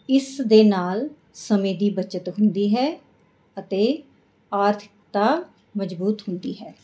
ਇਸ ਦੇ ਨਾਲ ਸਮੇਂ ਦੀ ਬੱਚਤ ਹੁੰਦੀ ਹੈ ਅਤੇ ਆਰਥਿਕਤਾ ਮਜਬੂਤ ਹੁੰਦੀ ਹੈ